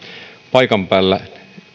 paikan päällä